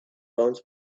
bones